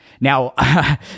Now